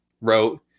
wrote